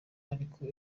ariko